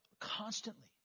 Constantly